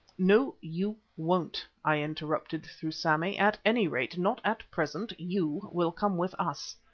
no, you won't, i interrupted, through sammy at any rate, not at present. you will come with us.